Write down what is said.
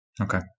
Okay